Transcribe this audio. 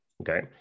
okay